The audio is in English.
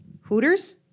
Hooters